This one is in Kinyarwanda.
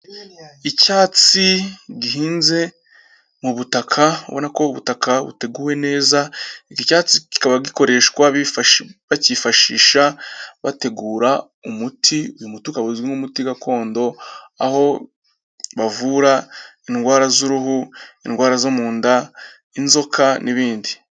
Icyatsi gihinze mu butaka, ubona ko ubutaka buteguwe neza, iki cyatsi kikaba gikoreshwa bakifashisha bategura umuti, uyu muti ukaba uzwi nk'umuti gakondo, aho bavura indwara z'uruhu, indwara zo mu nda, inzoka n'ibindi.